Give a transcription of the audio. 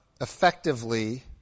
effectively